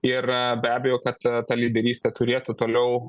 ir be abejo kad ta lyderystė turėtų toliau